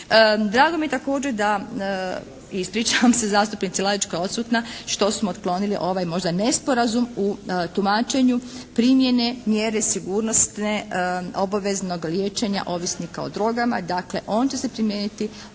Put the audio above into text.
Drago mi je također da i ispričavam se zastupnici Lalić koja je odsutna, što smo otklonili ovaj možda nesporazum u tumačenju primjene mjere sigurnosne obaveznog liječenja ovisnika o drogama, dakle on će se primijeniti